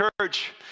Church